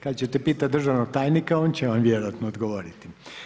Kad ćete pitati državnog tajnika on će vam vjerojatno odgovoriti.